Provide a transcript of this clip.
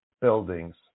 buildings